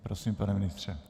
Prosím, pane ministře.